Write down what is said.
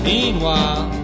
Meanwhile